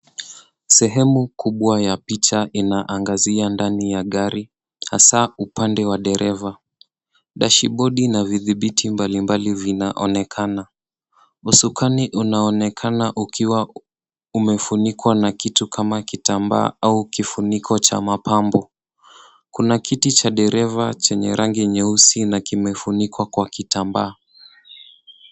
Sehemu kubwa ya picha inaangazia ndani ya gari, hasa upande wa dereva. Dashibodi na vidhibiti mbalimbali vinaonekana. Usukani yanaonekana umefunikwa na kitu kinachofanana na kitambaa au kifuniko cha mapambo. Kuna kiti cha dereva chenye rangi nyeusi na kimefunikwa kwa kitambaa.